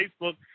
Facebook